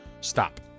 Stop